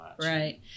Right